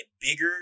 bigger